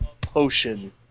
potion